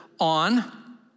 on